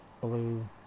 blue